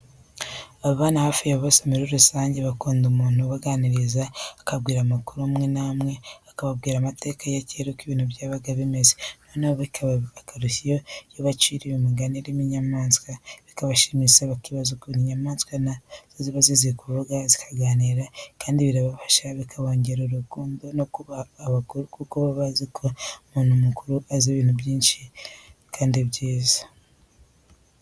Abana hafi ya bose muri rusange bakunda umuntu ubaganiriza ababwira amakuru amwe n'amwe, akababwira amateka ya kera uko ibintu byabaga bimeze. Noneho bikaba akarusho iyo ubaciriye imigani irimo inyamanswa bikabashimisha bibaza ukuntu inyamanswa na zo ziba zizi kuvuga zikaganira, kandi birabafasha bikabongerera urukundo no kubaha abakuru kuko baba bazi ko umuntu mukuru azi ibintu byinshi kandi byiza.